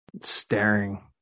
staring